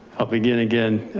i'll begin again.